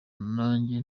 nanjye